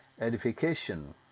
edification